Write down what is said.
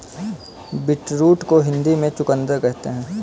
beetroot को हिंदी में चुकंदर कहते हैं